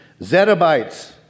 zettabytes